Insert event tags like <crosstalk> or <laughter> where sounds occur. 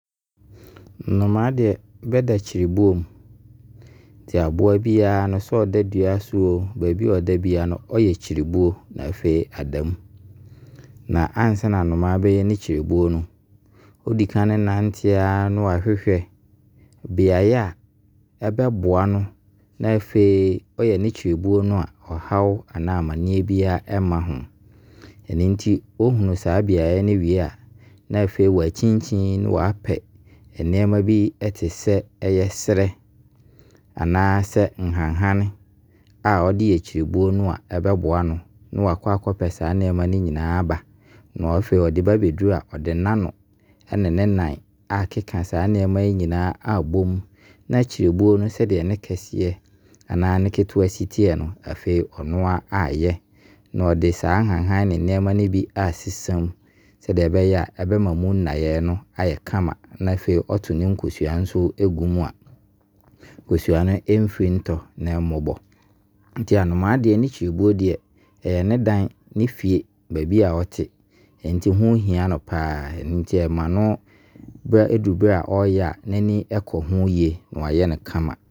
Nnomaa deɛ bɛda kyerebuo mu. Nti aboa biara, sɛ ɔda dua so o, baabi a ɔda biara no, ɔyɛ kyerebuo na afei ɔda mu. Na ansa na anomaa bɛyɛ ne kyerebuo no, ɔdi kan nante a na wɔahwehwɛ biaeɛ ɛbɛboa no na afei ɛyɛ ne kyerebuo no a ɔhaw anaa amanneɛ biara ɛma ho. Nti, ɔhunu saa biaeɛ no wie a, na afei wakyinkyini na wapɛ nneɛma bi te sɛ serɛ anaa sɛ nhahan a ɔde yɛ kyerebuo no a, ɛbɛboa no. Na wakɔ akɔ pɛ saa nnoɔma no nyinaa aba. Afei ɛde ba bɛduru a, ɔde n'ano ɛne ne nan akeka saa nnoɔma yi nyinaa abɔ mu. Na kyerebuo no sɛ deɛ ne keseɛ anaa ne ketewa si teɛ no, ɔno ara ayɛ. Na saa nhanhan ne nnoɔma yi bi asesan mu sɛ deɛ ɛbɛyɛ a ɔbɛma mu nnaeɛ no ayɛ kama. Na afei, ɔto nkosua nso gu mu a, nkosua no nso ɛmfiri ntɔ na ɛmmɔbɔ. Nti anomaa deɛ, ne kyerebuo deɛ, ɛyɛ ne dan, ne fie, baabi a ɔte nti, ho hia no paa ara. Ɛno nti, <hesitation> ɛduru berɛ a ɔyɛ a, ɔma n'ani ɛko ho yie na wayɛ no kama.